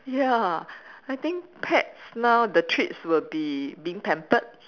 ya I think pets now the treats will be being pampered